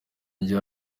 gihe